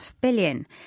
billion